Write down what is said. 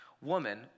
woman